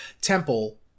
temple